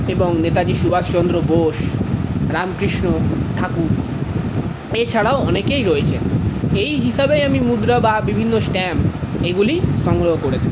এবং নেতাজি সুভাষচন্দ্র বোস রামকৃষ্ণ ঠাকুর এছাড়াও অনেকেই রয়েছে এই হিসাবেই আমি মুদ্রা বা বিভিন্ন স্ট্যাম্প এগুলি সংগ্রহ করে থাকি